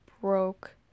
broke